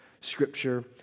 Scripture